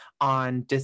on